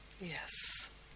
Yes